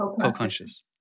co-conscious